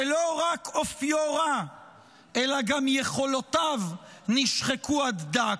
שלא רק אופיו רע אלא גם יכולותיו נשחקו עד דק.